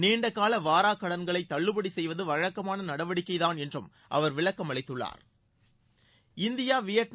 நீண்டகால வாராக்கடன்களை தள்ளுபடி செய்வது வழக்கமான நடவடிக்கைதான் என்றும் அவர் விளக்கமளித்துள்ளாா்